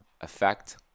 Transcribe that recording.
effect